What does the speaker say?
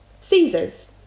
Caesar's